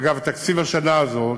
אגב, תקציב השנה הזאת,